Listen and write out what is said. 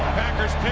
packers!